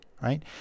Right